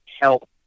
help